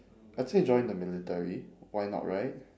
actually join the military why not right